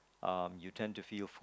um you tend to feel fu~